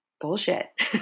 bullshit